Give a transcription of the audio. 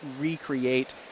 recreate